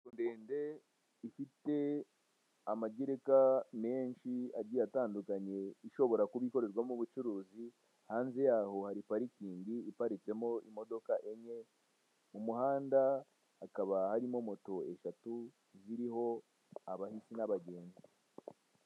Inzu ndende ifite amagereka menshi agiye atandukanye ishobota kuba ikorerwamo ubucuruzi, hanze yaho hari parikingi iparitsemo imodoka enye, mu muhanda hakaba harimo moto eshatu ziriho abahisi n'abagenzi.